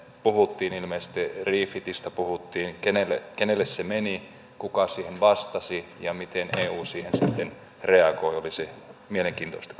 puhuttiin ilmeisesti refitistä puhuttiin kenelle kenelle se meni kuka siihen vastasi ja miten eu siihen sitten reagoi olisi mielenkiintoista